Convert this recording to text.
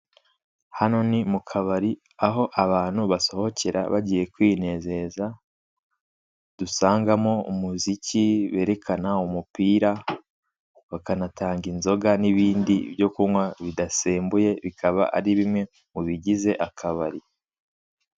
Hano ni mu kabari aho abantu basohokera bagiye kwinezeza, dusangamo umuziki berekana umupira, bakanatanga inzoga n'ibindi byo kunywa bidasembuye bikaba ari bimwe mu bigize akabari.